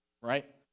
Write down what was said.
Right